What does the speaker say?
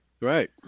Right